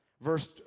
Verse